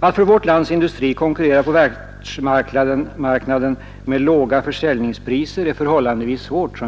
Att för vårt lands industri konkurrera på världsmarknaden med låga försäljningspriser är förhållandevis svårt.